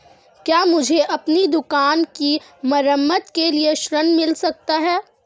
क्या मुझे अपनी दुकान की मरम्मत के लिए ऋण मिल सकता है?